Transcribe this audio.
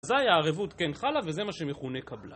זה היה ערבות כן חלה, וזה מה שמכונה קבלה.